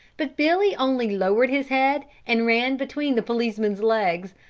but billy only lowered his head and ran between the policeman's legs,